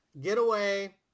Getaway